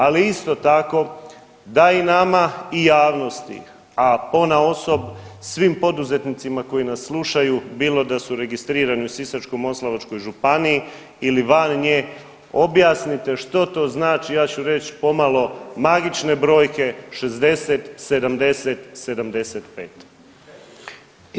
Ali isto tako da i nama i javnosti, a ponaosob svim poduzetnicima koji nas slušaju bilo da su registrirani u Sisačko-moslavačkoj županiji ili van nje objasnite što to znači ja ću reći pomalo magične brojke 60, 70, 75.